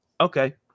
okay